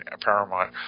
Paramount